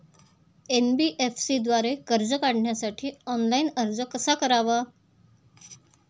NBFC द्वारे कर्ज काढण्यासाठी ऑनलाइन अर्ज कसा करावा?